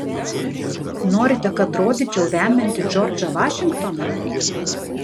norite kad rodyčiau vemiantį džordžą vašingtoną